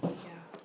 ya